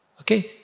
Okay